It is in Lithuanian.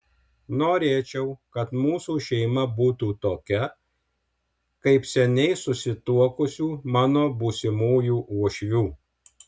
norėčiau kad mūsų šeima būtų tokia kaip seniai susituokusių mano būsimųjų uošvių